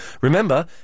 Remember